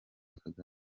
kagame